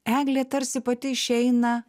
eglė tarsi pati išeina